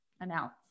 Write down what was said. announce